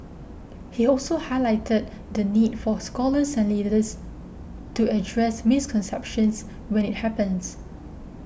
he also highlighted the need for scholars and leaders to address misconceptions when it happens